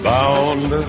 Bound